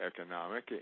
economic